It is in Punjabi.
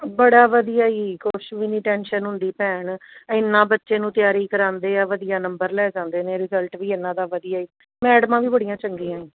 ਬੜਾ ਵਧੀਆ ਜੀ ਕੁਛ ਵੀ ਨਹੀਂ ਟੈਨਸ਼ਨ ਹੁੰਦੀ ਭੈਣ ਇੰਨਾ ਬੱਚੇ ਨੂੰ ਤਿਆਰੀ ਕਰਵਾਉਂਦੇ ਆ ਵਧੀਆ ਨੰਬਰ ਲੈ ਜਾਂਦੇ ਨੇ ਰਿਜਲਟ ਵੀ ਇਹਨਾਂ ਦਾ ਵਧੀਆ ਹੈ ਮੈਡਮਾਂ ਵੀ ਬੜੀਆਂ ਚੰਗੀਆਂ ਈ